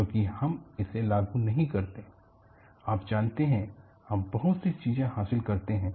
क्योंकि हम इसे लागू नहीं करते हैं आप जानते हैं हम बहुत सी चीजें हासिल करते हैं